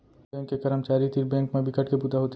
bank के करमचारी तीर बेंक म बिकट के बूता होथे